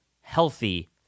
healthy